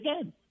again